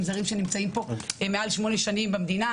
זרים שנמצאים פה מעל שמונה שנים במדינה,